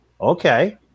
Okay